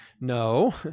no